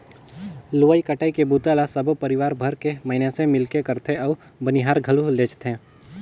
लुवई कटई के बूता ल सबो परिवार भर के मइनसे मिलके करथे अउ बनियार घलो लेजथें